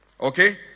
okay